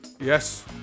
Yes